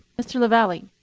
mr. lavalley.